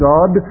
God